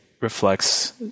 reflects